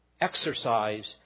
exercise